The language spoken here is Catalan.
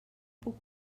puc